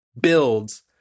builds